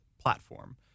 platform